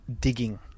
Digging